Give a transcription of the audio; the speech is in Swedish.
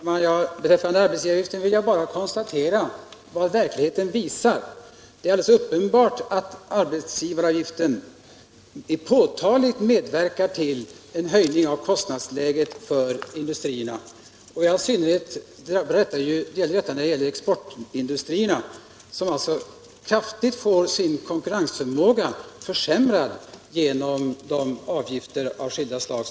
Herr talman! Beträffande arbetsgivaravgiften vill jag bara konstatera vad verkligheten visar. Det är alldeles uppenbart att arbetsgivaravgiften påtagligt medverkar till en höjning av kostnadsläget för industrierna. I synnerhet gäller detta exportindustrierna, som kraftigt får sin konkurrensförmåga försämrad genom avgifter av skilda slag.